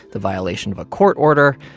the violation of a court order,